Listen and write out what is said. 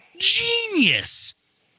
Genius